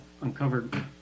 uncovered